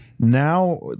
Now